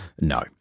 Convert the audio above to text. No